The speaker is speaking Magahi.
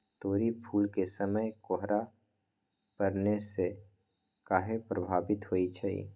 तोरी फुल के समय कोहर पड़ने से काहे पभवित होई छई?